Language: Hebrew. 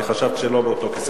אני חשבתי שזה לא באותו כיסא.